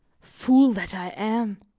fool that i am!